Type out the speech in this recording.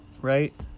Right